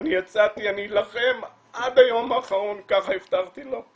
"אני אלחם עד היום האחרון", כך הבטחתי לו.